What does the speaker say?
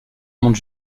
monde